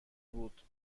بود